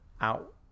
out